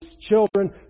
children